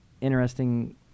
interesting